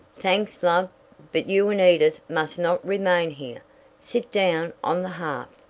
thanks, love but you and edith must not remain here sit down on the hearth,